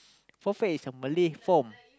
potpet is a Malay form